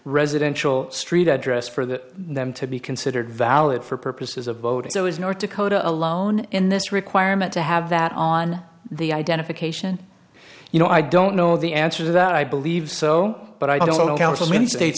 residential street address for the them to be considered valid for purposes of voting so is north dakota alone in this requirement to have that on the identification you know i don't know the answer to that i believe so but i don't know how many states